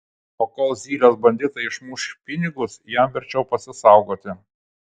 o kol zylės banditai išmuš pinigus jam verčiau pasisaugoti